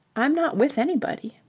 i'm not with anybody.